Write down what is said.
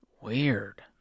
Weird